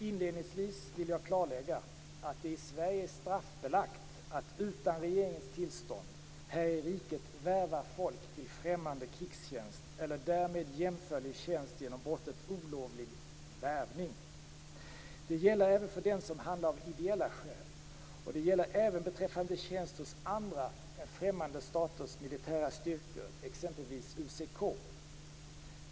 Inledningsvis vill jag klarlägga att det i Sverige är straffbelagt att utan regeringens tillstånd här i riket värva folk till främmande krigstjänst eller därmed jämförlig tjänst genom brottet olovlig värvning . Det gäller även för den som handlar av ideella skäl, och det gäller även beträffande tjänst hos andra än främmande staters militära styrkor, exempelvis UCK.